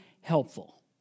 helpful